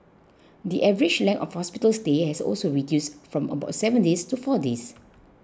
the average length of hospital stay has also reduced from about seven days to four days